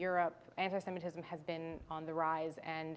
europe anti semitism has been on the rise and